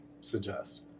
suggest